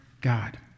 God